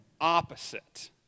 opposite